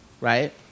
right